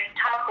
talk